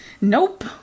Nope